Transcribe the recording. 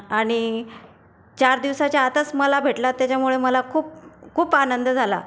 आणि चार दिवसाच्या आतच मला भेटला त्याच्यामुळे मला खूप खूप आनंद झाला